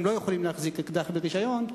לא יכולים להחזיק אקדח ברשיון.